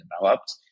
developed